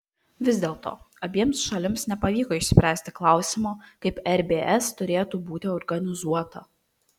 vis dėlto abiems šalims nepavyko išspręsti klausimo kaip rbs turėtų būti organizuota